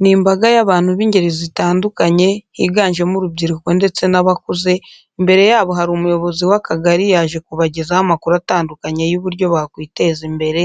Ni imbaga y'abantu b'ingeri zitandukanye higanjemo urubyiruko ndetse n'abakuze, imbere yabo hari umuyobozi w'akagali yaje kubagezaho amakuru atandukanye y'uburyo bakwiteza imbere,